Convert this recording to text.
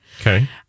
Okay